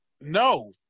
no